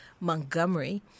Montgomery